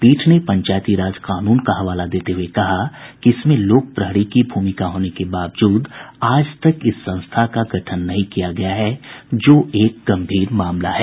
पीठ ने पंचायती राज कानून का हवाला देते हुए कहा कि इसमें लोक प्रहरी की भूमिका होने के बावजूद आज तक इस संस्था का गठन नहीं किया गया है जो एक गंभीर मामला है